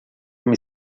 uma